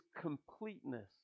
completeness